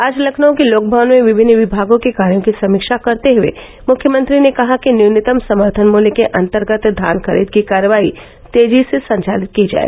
आज लखनऊ के लोकभवन में विभिन्न विभागों के कार्यो की समीक्षा करते हये मुख्यमंत्री ने कहा कि न्यूनतम समर्थन मूल्य के अन्तर्गत धान खरीद की कार्यवाही तेजी से संचालित की जाय